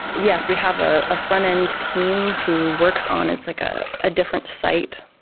yes, we have ah a front end team who works on it's like a a different site.